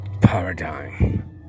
paradigm